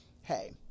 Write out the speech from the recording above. hey